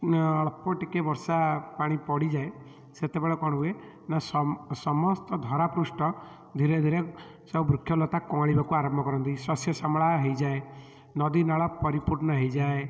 ଅଳ୍ପ ଟିକେ ବର୍ଷା ପାଣି ପଡ଼ିଯାଏ ସେତେବେଳେ କ'ଣ ହୁଏ ନାଁ ସମ ସମସ୍ତ ଧରା ପୃଷ୍ଟ ଧିରେ ଧିରେ ସବୁ ବୃକ୍ଷ ଲତା କଅଁଳିବାକୁ ଆରମ୍ଭ କରନ୍ତି ଶସ୍ୟ ଶ୍ୟାମଳା ହୋଇଯାଏ ନଦୀ ନାଳ ପରିପୂର୍ଣ୍ଣ ହୋଇଯାଏ